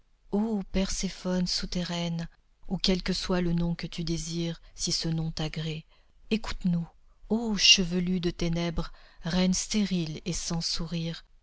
ô perséphonê souterraine ou quel que soit le nom que tu désires si ce nom t'agrée écoute nous ô chevelue de ténèbres reine stérile et sans sourire